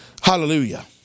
Hallelujah